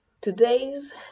Today's